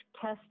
test